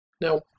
Now